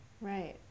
Right